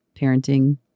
parenting